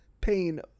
pain